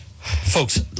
Folks